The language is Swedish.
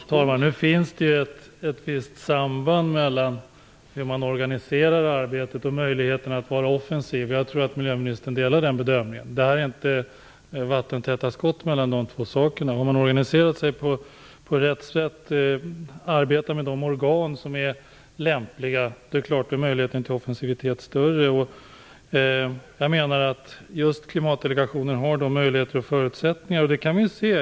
Fru talman! Nu finns det ju ett visst samband mellan hur man organiserar arbetet och möjligheten att vara offensiv. Jag tror att miljöministern delar den bedömningen. Det är inte vattentäta skott mellan dessa två saker. Om man organiserar sig på rätt sätt och arbetar med de organ som är lämpliga, är det klart att möjligheten att vara offensiv blir större. Just Klimatdelegationen har dessa möjligheter och förutsättningar.